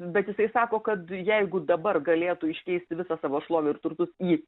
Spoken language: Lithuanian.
bet jisai sako kad jeigu dabar galėtų iškeisti visą savo šlovę ir turtus į